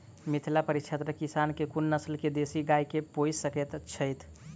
मिथिला परिक्षेत्रक किसान केँ कुन नस्ल केँ देसी गाय केँ पोइस सकैत छैथि?